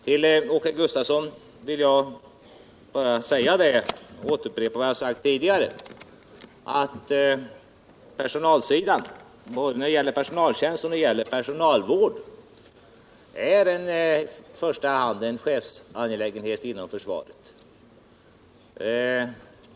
Till Åke Gustavsson vill jag bara upprepa vad jag sagt tidigare, nämligen att personalsidan — både när det gäller personaltjänst och personalvård — i första hand är en chefsangelägenhet inom försvaret.